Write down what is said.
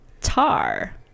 Tar